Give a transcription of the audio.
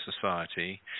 Society